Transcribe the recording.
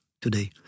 today